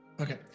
Okay